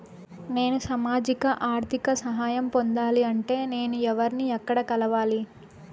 నేను సామాజిక ఆర్థిక సహాయం పొందాలి అంటే నేను ఎవర్ని ఎక్కడ కలవాలి?